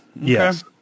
Yes